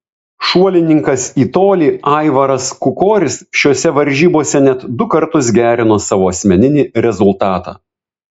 šuolininkas į tolį aivaras kukoris šiose varžybose net du kartus gerino savo asmeninį rezultatą